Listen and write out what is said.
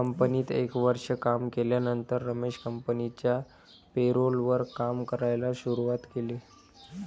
कंपनीत एक वर्ष काम केल्यानंतर रमेश कंपनिच्या पेरोल वर काम करायला शुरुवात केले